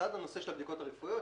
בצד הנושא של הבדיקות הרפואיות,